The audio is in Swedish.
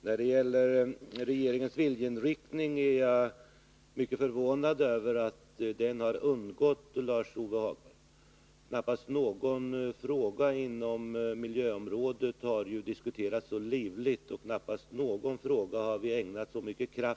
När det gäller regeringens viljeinriktning är jag mycket förvånad över att den har undgått Lars-Ove Hagberg — knappast någon annan fråga inom miljöområdet har ju diskuterats så livligt, och knappast någon annan fråga har vi ägnat så mycket kraft åt.